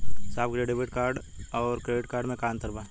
साहब debit card और credit card में का अंतर बा?